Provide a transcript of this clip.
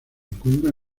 encuentran